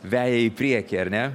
veja į priekį ar ne